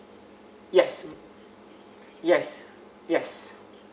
yes yes yes